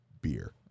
beer